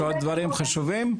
יש עוד דברים חשובים?